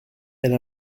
elle